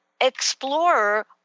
explore